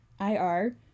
IR